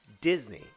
Disney